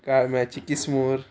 गाळम्याची किसमूर